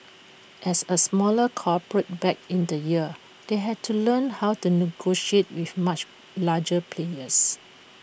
as A smaller corporate back in the year they had to learn how to negotiate with much larger players